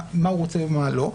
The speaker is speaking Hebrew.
מה הוא רוצה ומה לא.